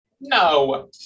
No